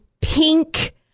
pink